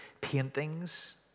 paintings